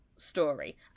story